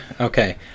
okay